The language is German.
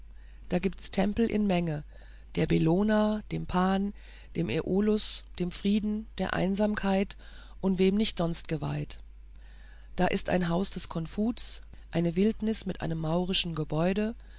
da gibt's tempel in menge der bellona dem pan dem äolus dem frieden der einsamkeit und wem nicht noch sonst geweiht da ist ein haus des konfuz eine wildnis mit einem maurischen gebäude